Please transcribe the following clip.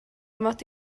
mod